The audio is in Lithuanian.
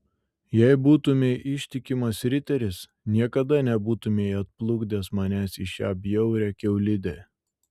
jei būtumei ištikimas riteris niekada nebūtumei atplukdęs manęs į šią bjaurią kiaulidę